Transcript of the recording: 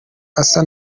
asa